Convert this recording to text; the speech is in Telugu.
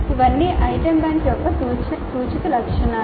ఇవన్నీ ఐటమ్ బ్యాంక్ యొక్క సూచిక లక్షణాలు